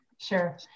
Sure